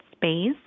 Space